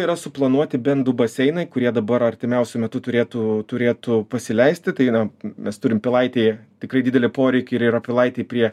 yra suplanuoti bent du baseinai kurie dabar artimiausiu metu turėtų turėtų pasileisti tai na mes turim pilaitėj tikrai didelį poreikį ir yra pilaitėj prie